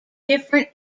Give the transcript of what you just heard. different